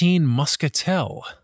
Muscatel